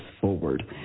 forward